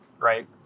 right